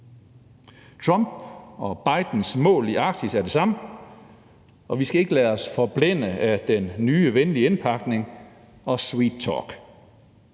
Trump og Bidens mål i Arktis er de samme, og vi skal ikke lade os forblænde af den nye venlige indpakning og sweet talk.